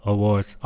Awards